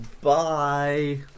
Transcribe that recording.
Bye